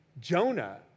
Jonah